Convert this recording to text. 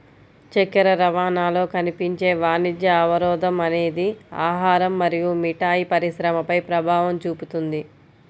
చక్కెర రవాణాలో కనిపించే వాణిజ్య అవరోధం అనేది ఆహారం మరియు మిఠాయి పరిశ్రమపై ప్రభావం చూపుతుంది